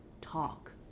talk